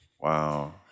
wow